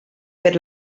per